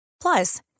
plus